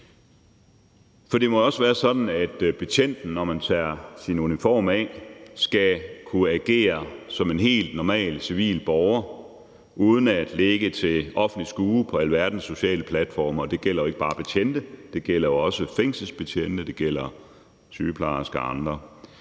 For det må jo også være sådan, at betjenten, når vedkommende tager sin uniform af, skal kunne agere som en helt normal civil borger uden at ligge til offentligt skue på alverdens sociale platforme. Det gælder jo ikke bare betjente. Det gælder jo også fængselsbetjente, det gælder sygeplejersker og andre.